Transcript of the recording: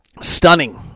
stunning